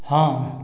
ହଁ